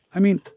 i mean,